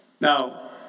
Now